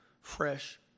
fresh